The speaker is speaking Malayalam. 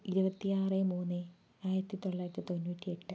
ഇരുപത്തിയാറ് മൂന്ന് ആയിരത്തിത്തൊള്ളായിരത്തി തൊണ്ണൂറ്റിയെട്ട്